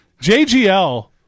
JGL